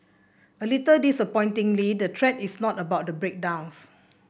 a little disappointingly the thread is not about the breakdowns